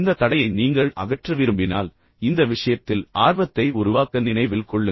இந்த தடையை நீங்கள் அகற்ற விரும்பினால் இந்த விஷயத்தில் ஆர்வத்தை உருவாக்க நினைவில் கொள்ளுங்கள்